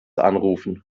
anrufen